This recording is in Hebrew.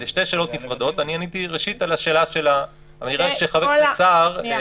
אלה שתי שאלות נפרדות ואני עניתי ראשית על השאלה של חבר הכנסת סער.